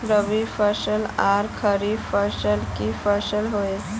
रवि फसल आर खरीफ फसल की फसल होय?